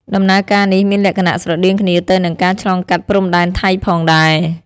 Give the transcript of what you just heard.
ដំណើរការនេះមានលក្ខណៈស្រដៀងគ្នាទៅនឹងការឆ្លងកាត់ព្រំដែនថៃផងដែរ។